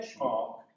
benchmark